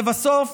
לבסוף